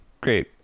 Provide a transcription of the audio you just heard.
Great